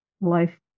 Life